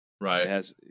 right